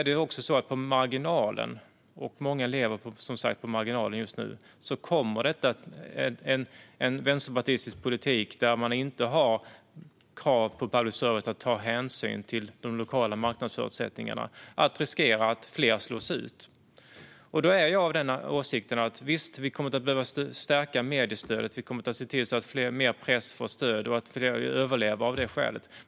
Men samtidigt lever som sagt många just nu på marginalen, och då kommer en vänsterpartistisk politik som inte ställer krav på public service att ta hänsyn till de lokala marknadsförutsättningarna att riskera att leda till att fler slås ut. Jag är därför av åsikten att vi absolut kommer att behöva stärka mediestödet och se till att mer press får stöd för att kunna överleva.